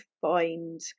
find